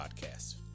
podcast